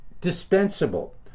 dispensable